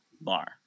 bar